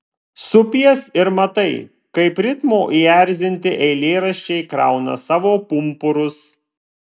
supies ir matai kaip ritmo įerzinti eilėraščiai krauna savo pumpurus